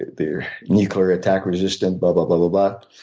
they're nuclear attack resistant, but blah, blah, blah.